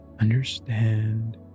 understand